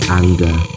anger